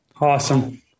Awesome